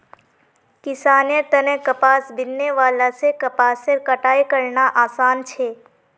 किसानेर तने कपास बीनने वाला से कपासेर कटाई करना आसान छे